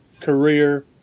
career